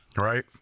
Right